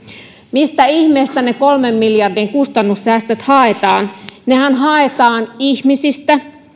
mistä ihmeestä ne kolmen miljardin kustannussäästöt haetaan nehän haetaan ihmisistä